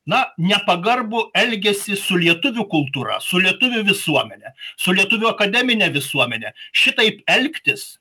na nepagarbų elgesį su lietuvių kultūra su lietuvių visuomene su lietuvių akademine visuomene šitaip elgtis